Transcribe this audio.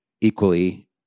equally